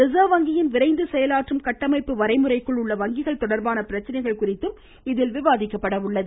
reserve வங்கியின் விரைந்து செயலாற்றும் கட்டமைப்பு வரைமுறைக்குள் உள்ள வங்கிகள் தொடர்பான பிரச்சனைகள் குறித்தும் இதில் விவாதிக்கப்பட உள்ளது